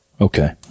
okay